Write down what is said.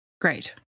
Great